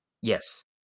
Yes